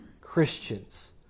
Christians